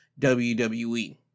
WWE